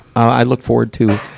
i look forward to,